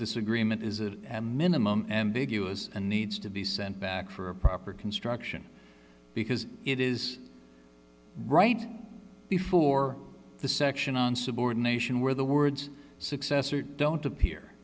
this agreement is a minimum ambiguous and needs to be sent back for a proper construction because it is right before the section on subordination where the words successor don't appear